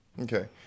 Okay